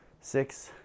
six